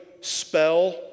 spell